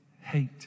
hate